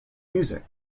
music